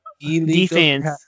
defense